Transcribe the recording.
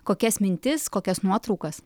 kokias mintis kokias nuotraukas